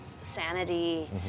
sanity